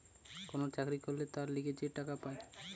কোন চাকরি করলে তার লিগে যে টাকা পায়